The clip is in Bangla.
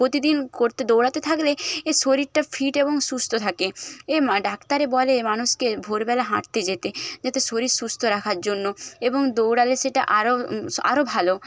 প্রতিদিন করতে দৌড়াতে থাকলে শরীরটা ফিট এবং সুস্থ থাকে ডাক্তারে বলে মানুষকে ভোরবেলা হাঁটতে যেতে যাতে শরীর সুস্থ রাখার জন্য এবং দৌড়ালে সেটা আরও আরও ভালো